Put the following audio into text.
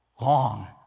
long